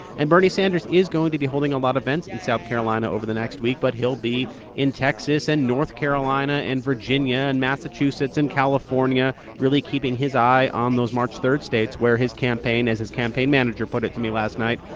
and bernie sanders is going to be holding a lot of events in south carolina over the next week, but he'll be in texas and north carolina and virginia and massachusetts and california, really keeping his eye on those march three states, where his campaign, as his campaign manager put it to me last night,